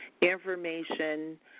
information